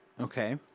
Okay